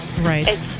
Right